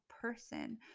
person